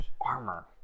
Armor